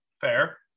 Fair